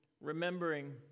remembering